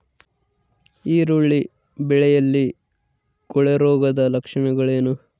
ಈರುಳ್ಳಿ ಬೆಳೆಯಲ್ಲಿ ಕೊಳೆರೋಗದ ಲಕ್ಷಣಗಳೇನು?